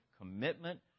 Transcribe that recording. commitment